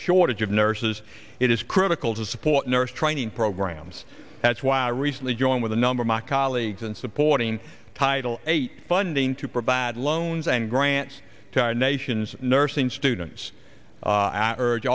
shortage of nurses it is critical to support nurse training programs that's why i recently joined with a number of my colleagues and supporting title eight funding to provide loans and grants to our nation's nursing students u